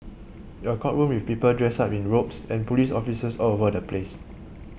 a courtroom with people dressed up in robes and police officers all over the place